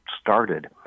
started